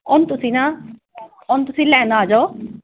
ਉਹਨੂੰ ਤੁਸੀਂ ਨਾ ਉਹਨੂੰ ਤੁਸੀਂ ਲੈਣ ਆ ਜਾਓ